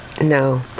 No